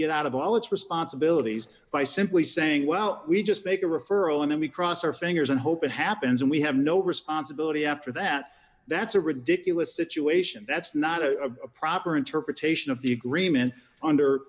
get out of all its responsibilities by simply saying well we just make a referral and then we cross our fingers and hope it happens and we have no responsibility after that that's a ridiculous situation that's not a proper interpretation of the agreement under